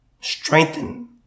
strengthen